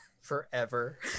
forever